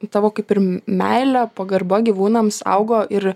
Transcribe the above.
į tavo kaip ir meilė pagarba gyvūnams augo ir